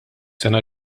sena